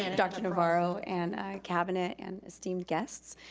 and dr. navarro, and cabinet and esteemed guests.